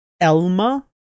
Elma